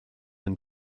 than